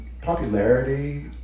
popularity